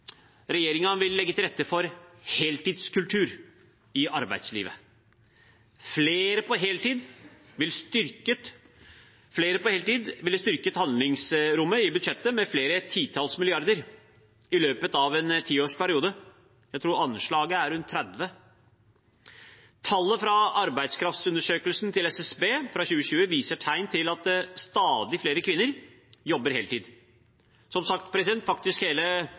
vil legge til rette for en heltidskultur i arbeidslivet. Flere på heltid ville styrket handlingsrommet i budsjettet med flere titalls milliarder i løpet av en tiårsperiode, jeg tror anslaget er rundt 30. Tall fra arbeidskraftsundersøkelsen til SSB fra 2020 viser tegn til at stadig flere kvinner jobber heltid.